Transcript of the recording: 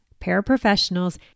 paraprofessionals